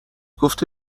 گفته